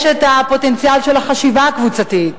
יש הפוטנציאל של החשיבה הקבוצתית.